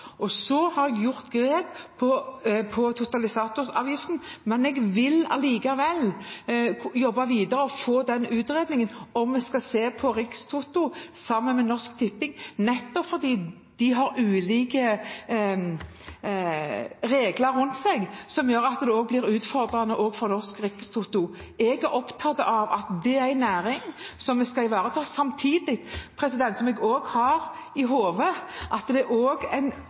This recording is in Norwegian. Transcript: har også tatt grep når det gjelder totalisatoravgiften. Men jeg vil likevel jobbe videre og få utredningen av om vi skal se på Rikstoto sammen med Norsk Tipping – nettopp fordi de har ulike regler rundt seg, noe som gjør at det også blir utfordrende for Norsk Rikstoto. Jeg er opptatt av at dette er en næring vi skal ivareta, samtidig som jeg også har i hodet at det er en